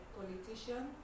politician